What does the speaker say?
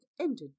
ended